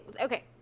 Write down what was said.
okay